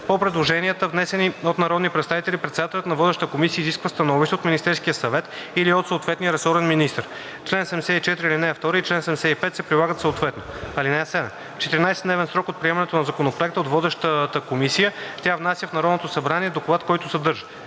По предложенията, внесени от народни представители, председателят на водещата комисия изисква становище от Министерския съвет или от съответния ресорен министър. Член 74, ал. 2 и чл. 75 се прилагат съответно. (7) В 14-дневен срок от приемането на законопроекта от водещата комисия тя внася в Народното събрание доклад, който съдържа: